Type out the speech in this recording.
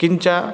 किञ्च